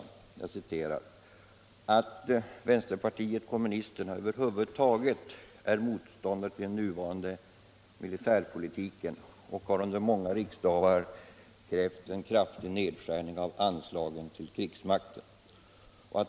”Vänsterpartiet kommunisterna är över huvud taget motståndare till den nuvarande militärpolitiken och har under många riksdagar krävt en kraftig nedskärning av anslagen till krigsmakten.